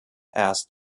asked